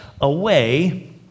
away